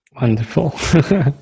Wonderful